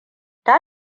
ta